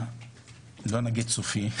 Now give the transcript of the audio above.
לא נגיד סופי,